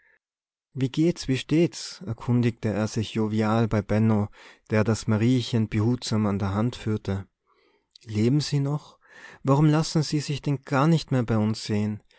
wie geht's wie steht's erkundigte er sich jovial bei benno der das mariechen behutsam an der hand führte leben se noch warum lassen se sich denn gar nicht mehr bei uns sehen